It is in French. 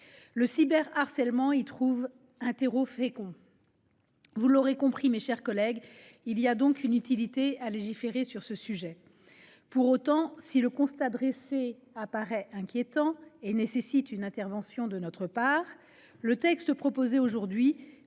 le cyberharcèlement y trouve un terreau fécond. Vous l'aurez compris, mes chers collègues, il est utile de légiférer sur ce sujet. Or si le constat dressé apparaît inquiétant et nécessite une intervention de notre part, le texte que nous